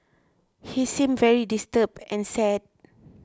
he seemed very disturbed and sad